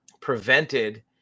prevented